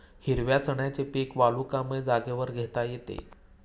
हिरव्या चण्याचे पीक वालुकामय जागेवर घेता येते